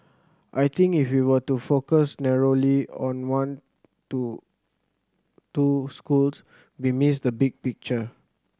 I think if you were to focus narrowly on one to two schools we miss the big picture